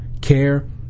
care